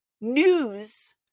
news